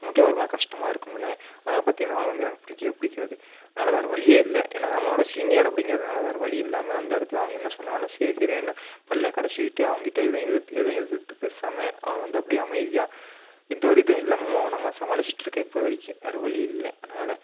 நமக்கே ஒரு மாதிரி கஷ்டமாக இருக்கும் இல்லை அதனால பார்த்தீங்கன்னா அவனை வந்து எனக்கு பிடிக்கவே பிடிக்காது அதனால வேறு வழியே இல்லை ஏன்னால் நம்மளோட சீனியர் அப்படிங்கிறனால வேறு வழி இல்லாமல் அந்த இடத்துல அவங்க என்ன சொன்னாலும் சரி சரின்னு பல்லை கடிச்சிகிட்டு அவங்க கிட்டே எதுவும் எதிர்த்து எதுவும் எதிர்த்து பேசாமல் அவனை வந்து அப்படியே அமைதியாக எந்த ஒரு இதுவும் இல்லாமல் மௌனமாக சமாளிச்சுட்ருக்கேன் இப்போ வரைக்கும் வேறு வழி இல்லை அதனால்